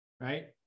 right